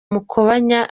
mukobanya